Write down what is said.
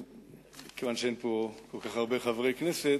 כיוון שאין פה כל כך הרבה חברי כנסת,